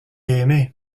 aimée